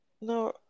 No